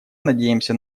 надеемся